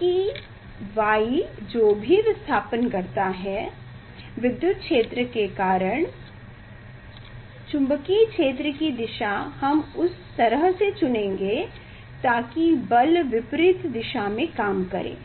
कि y जो भी विस्थापन करता है विद्युत क्षेत्र के कारण बल चुंबकीय क्षेत्र की दिशा हम इस तरह से चुनेंगे ताकि बल विपरीत दिशा में काम करे